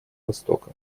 востока